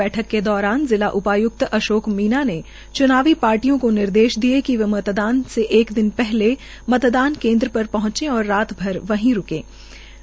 बैठक के दौरान जिला उपाय्क्त अशोक मीणा ने च्नावी पार्टियों को निर्देश दिये कि वे मतदान से एक दिन पहले मतदान केन्द्र में पहुंचे और रात भर वहीं रूकेंगे